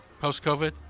Post-COVID